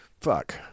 fuck